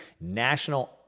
national